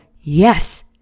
yes